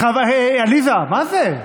עליזה, מה זה?